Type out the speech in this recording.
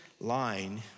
line